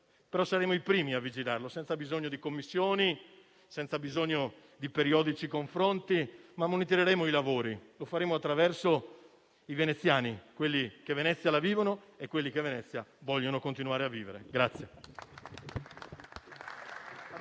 ma saremo i primi a vigilare, senza bisogno di commissioni e senza bisogno di periodici confronti. Monitoreremo i lavori, e lo faremo attraverso i veneziani, quelli che Venezia la vivono e quelli che a Venezia vogliono continuare a vivere.